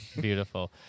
beautiful